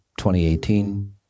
2018